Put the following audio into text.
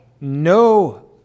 No